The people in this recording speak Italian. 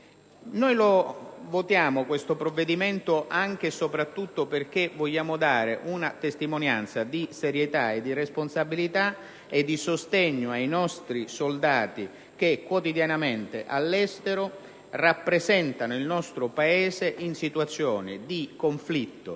a favore di questo provvedimento anche e soprattutto perché vogliamo dare una testimonianza di serietà, di responsabilità e di sostegno ai nostri soldati che quotidianamente all'estero rappresentano il nostro Paese in situazioni di conflitto